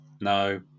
no